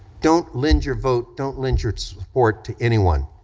don't lend your vote, don't lend your support to anyone